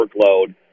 workload